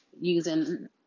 using